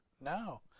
No